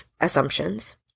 assumptions